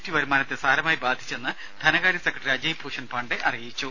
T വരുമാനത്തെ സാരമായി ബാധിച്ചെന്നും ധനകാര്യസെക്രട്ടറി അജയ്ഭൂഷൻ പാണ്ഡെ അറിയിച്ചു